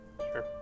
Sure